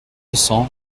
cents